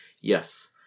Yes